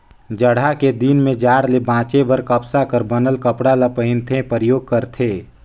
जड़हा के दिन में जाड़ ले बांचे बर कपसा कर बनल कपड़ा ल पहिनथे, परयोग करथे